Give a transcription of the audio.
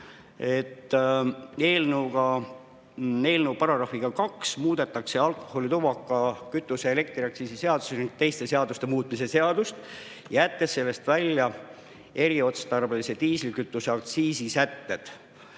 Eelnõu §-ga 2 muudetakse alkoholi-, tubaka-, kütuse- ja elektriaktsiisi seaduse ning teiste seaduste muutmise seadust, jättes sellest välja eriotstarbelise diislikütuse aktsiisi sätted,